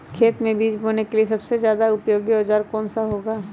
खेत मै बीज बोने के लिए सबसे ज्यादा उपयोगी औजार कौन सा होगा?